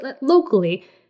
locally